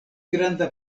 granda